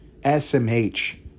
SMH